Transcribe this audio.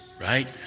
right